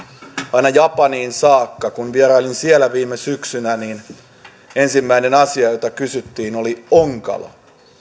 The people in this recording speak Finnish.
aina japaniin saakka kun vierailin siellä viime syksynä niin ensimmäinen asia jota kysyttiin oli onkalo